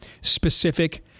specific